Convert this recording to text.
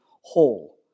whole